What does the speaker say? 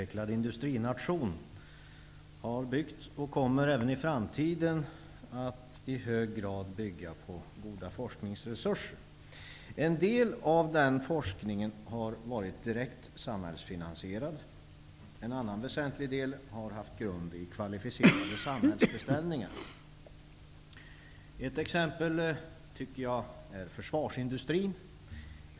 Herr talman! Sveriges ställning som högt utvecklad industrination har byggt och kommer även i framtiden att i hög grad bygga på goda forskningsresurser. En del av den forskningen har varit direkt samhällsfinansierad, en annan väsentlig del har haft sin grund i kvalificerade samhällsbeställningar. Ett exempel på detta är försvarsindustrin.